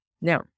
Now